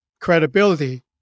credibility